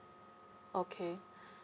okay